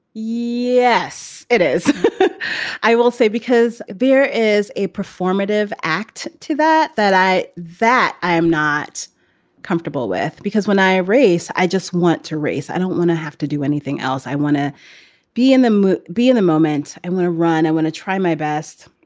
yes, it is i will say, because there is a performative act to that, that i that i am not comfortable with, because when i i race, i just want to race. i don't want to have to do anything else. i want to be in them, to be in the moment and want to run. i want to try my best.